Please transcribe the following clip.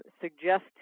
suggest